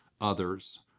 others